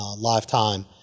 lifetime